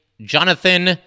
Jonathan